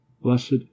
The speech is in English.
Blessed